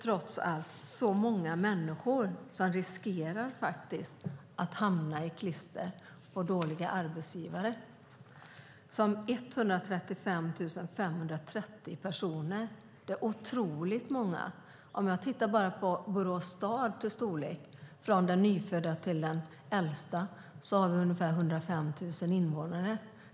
Trots allt är det många människor som riskerar att hamna i klistret hos dåliga arbetsgivare. Det handlar om otroligt många - 135 530 - personer. I Borås finns det, från de nyfödda till de äldsta, ungefär 105 000 invånare.